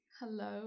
Hello